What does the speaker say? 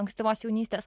ankstyvos jaunystės